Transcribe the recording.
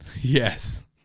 Yes